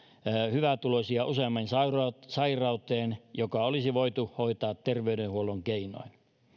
hyvätuloisia useammin sairauteen joka olisi voitu hoitaa terveydenhuollon keinoin